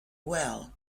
well